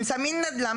הם שמים נדל"ן,